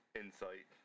insight